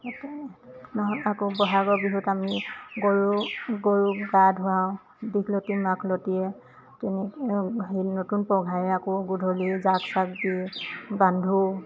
নহ'লে আকৌ বহাগৰ বিহুত আমি গৰু গৰু গা ধুৱওঁ দীঘলতি মাখিলতিয়ে তেনেকৈ নতুন পঘাৰে আকৌ গধূলি জাক চাক দি বান্ধো